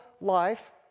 life